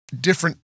different